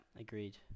agreed